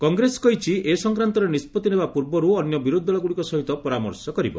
କଂଗ୍ରେସ କହିଛି ଏ ସଂକ୍ରାନ୍ତରେ ନିଷ୍କଭି ନେବା ପୂର୍ବରୁ ଅନ୍ୟ ବିରୋଧ ଦଳଗୁଡ଼ିକ ସହିତ ପରାମର୍ଶ କରିବ